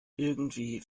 irgendwie